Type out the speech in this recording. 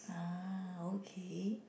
uh okay